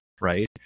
Right